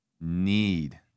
need